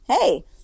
hey